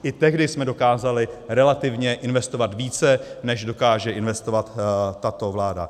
I tehdy jsme dokázali relativně investovat více, než dokáže investovat tato vláda.